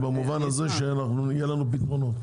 במובן הזה שיהיו לנו ביטחונות.